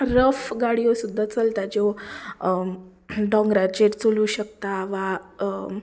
rough गाडयो सुद्दां चलता ज्यो दोंगराचेर चलूंक शकता वा